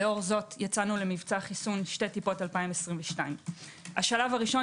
לאור זאת יצאנו למבצע חיסון - שתי טיפות 2022. השלב הראשון